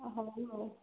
ହଉ ହଉ